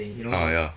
uh ya